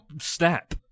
Snap